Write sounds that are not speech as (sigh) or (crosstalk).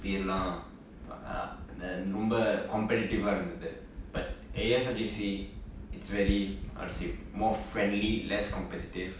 எல்லா:ella uh (noise) ரொம்ப:romba competitive இருந்தது:irunthathu but A_S_R J_C it's very how to say more friendly less competitive